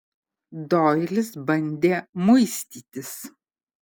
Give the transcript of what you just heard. doilis bandė muistytis